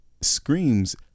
screams